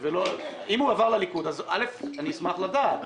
אם הוא עבר לליכוד אז אני אשמח לדעת.